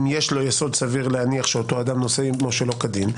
אם יש לו יסוד סביר להניח שאותו אדם נושא עימו שלא כדין,